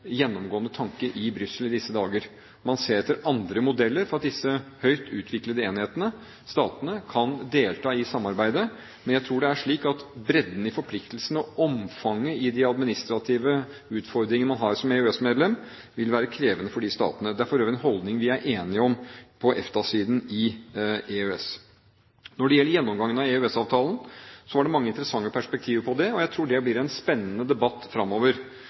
gjennomgående tanke i Brussel i disse dager. Man ser etter andre modeller for at disse høyt utviklede enhetene, statene, kan delta i samarbeidet, men jeg tror det er slik at bredden i forpliktelsene og omfanget i de administrative utfordringene man har som EØS-medlem, vil være krevende for disse statene. Det er for øvrig en holdning vi er enige om på EFTA-siden i EØS. Når det gjelder gjennomgangen av EØS-avtalen, var det mange interessante perspektiver på det, og jeg tror det blir en spennende debatt